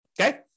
okay